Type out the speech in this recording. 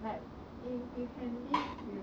like if you can live